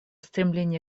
стремление